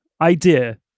idea